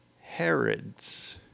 Herod's